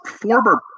former